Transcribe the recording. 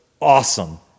awesome